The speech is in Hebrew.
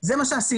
זה מה שעשינו,